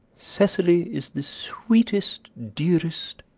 cecily is the sweetest, dearest,